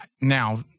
Now